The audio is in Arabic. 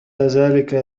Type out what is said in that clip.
ذلك